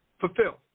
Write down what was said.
fulfilled